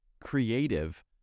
creative